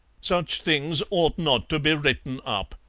such things ought not to be written up.